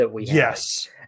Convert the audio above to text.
yes